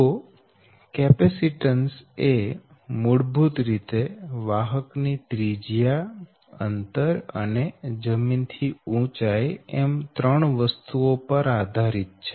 તો કેપેસીટન્સ એ મૂળભૂત રીતે વાહક ની ત્રિજ્યા અંતર અને જમીન થી ઉંચાઈ એમ 3 વસ્તુઓ પર આધારીત છે